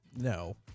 No